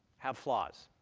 have flaws,